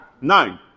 Nine